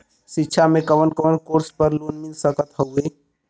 शिक्षा मे कवन कवन कोर्स पर लोन मिल सकत हउवे?